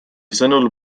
sõnul